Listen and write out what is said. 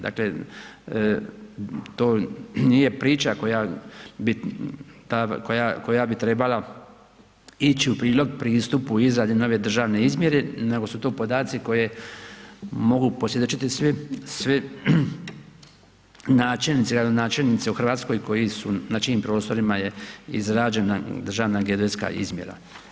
Dakle, to nije priča koja bi trebala ići u prilog pristupu izrade nove državne izmjere, nego su to podaci koje mogu posvjedočiti svi, sve načelnici, gradonačelnici u Hrvatskoj koji su, na čijim prostorima je izrađena državna geodetska izmjera.